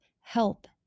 help